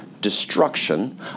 destruction